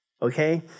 Okay